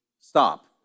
stop